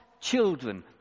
children